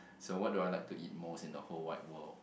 so what do I like to eat most in the whole wide world